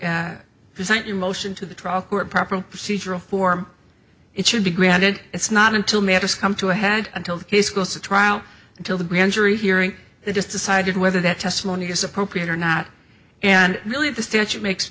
your motion to the trial court proper procedural form it should be granted it's not until matters come to a head until the case goes to trial until the grand jury hearing it just decided whether that testimony is appropriate or not and really the statute makes